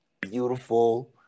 beautiful